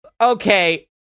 okay